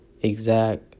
exact